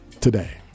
today